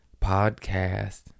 Podcast